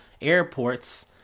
airports